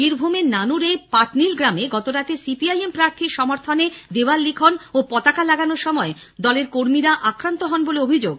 বীরভূমের নানুরের পাটনিল গ্রামে গতরাতে সিপিআইএম প্রার্থীর সমর্থনে দেওয়াল লিখন ও পতাকা লাগানোর সময় দলের কর্মীরা আক্রান্ত হন বলে অভিযোগ